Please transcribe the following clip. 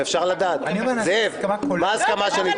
זה לא